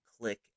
Click